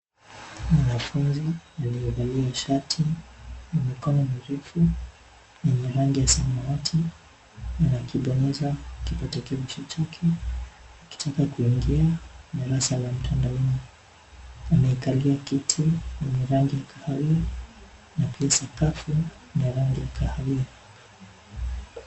Mwanafunzi aliyevalia shati ya mikono mirefu, yenye rangi ya samawati, anakibonyeza kipakatalishi chake, akitaka kuingia darasa la mtandaoni. Ameikalia kiti, yenye rangi kahawia na pia sakafu ni ya rangi kahawia.